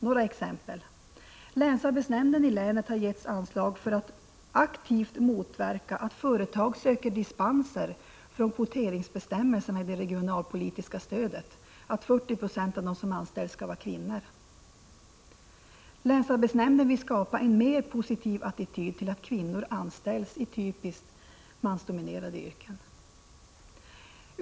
Några exempel: Länsarbetsnämnden i länet har getts anslag för att aktivt motverka att företag söker dispenser från kvoteringsbestämmelserna i det regionalpolitiska stödet, som säger att 40 26 av de som anställs skall vara kvinnor. Länsarbetsnämnden vill skapa en mer positiv attityd till att kvinnor anställs i mansdominerade yrken.